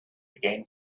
began